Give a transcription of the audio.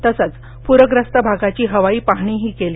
तसंच पूरग्रस्त भागाची हवाई पाहणीही केली